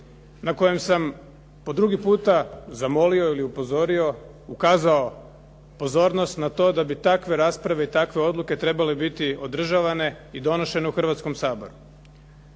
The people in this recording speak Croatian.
na kojem sam po drugi puta zamolio ili upozorio, ukazao pozornost na to da bi takve rasprave i takve odluke trebale biti održavane i donošene u Hrvatskom saboru.